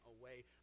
away